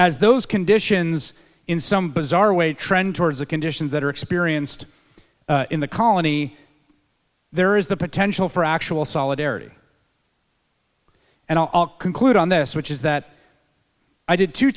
as those conditions in some bizarre way trend towards the conditions that are experienced in the colony there is the potential for actual solidarity and i'll conclude on this which is that i did t